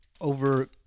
over